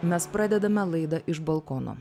mes pradedame laidą iš balkono